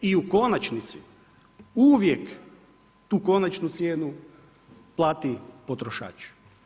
I u konačnici, uvijek tu konačnu cijenu plati potrošač.